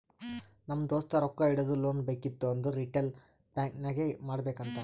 ನಮ್ ದೋಸ್ತ ರೊಕ್ಕಾ ಇಡದು, ಲೋನ್ ಬೇಕಿತ್ತು ಅಂದುರ್ ರಿಟೇಲ್ ಬ್ಯಾಂಕ್ ನಾಗೆ ಮಾಡ್ಬೇಕ್ ಅಂತಾನ್